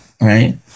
right